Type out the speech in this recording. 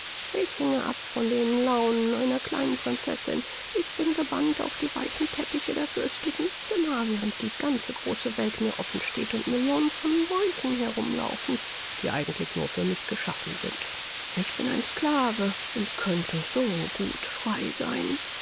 ich hänge ab von den launen einer kleinen prinzessin ich bin gebannt auf die weichen teppiche der fürstlichen zimmer während die ganze große welt mir offen steht und millionen von mäusen herumlaufen die eigentlich nur für mich geschaffen sind ich bin ein sklave und könnte so gut frei sein